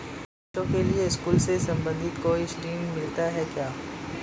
बच्चों के लिए स्कूल से संबंधित कोई ऋण मिलता है क्या?